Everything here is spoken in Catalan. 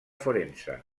forense